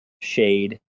Shade